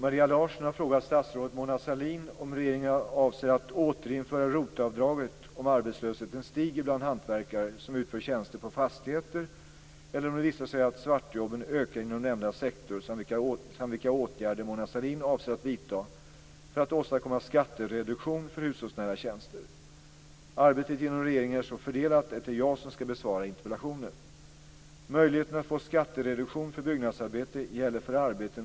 Fru talman! Maria Larsson har frågat statsrådet avdraget om arbetslösheten stiger bland hantverkare som utför tjänster på fastigheter eller om det visar sig att svartjobben ökar inom nämnda sektor samt vilka åtgärder Mona Sahlin avser att vidta för att åstadkomma skattereduktion för hushållsnära tjänster. Arbetet inom regeringen är så fördelat att det är jag som skall besvara interpellationen.